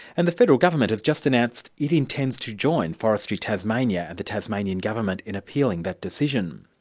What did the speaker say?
and the federal government has just announced it intends to join forestry tasmania and the tasmanian government in appealing that decision.